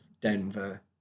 Denver